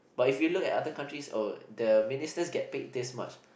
but if you look at other countries oh the ministers get paid this much